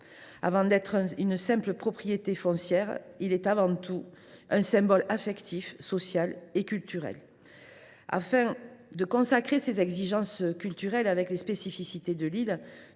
Avant d’être une simple propriété foncière, il est avant tout un symbole affectif, social et culturel. Pour concilier ces exigences culturelles avec les spécificités de